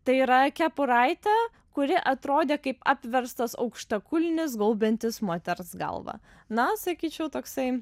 tai yra kepuraitę kuri atrodė kaip apverstas aukštakulnis gaubiantis moters galvą na sakyčiau toksai